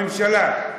בממשלה.